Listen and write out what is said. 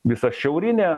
visa šiaurinė